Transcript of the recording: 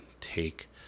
take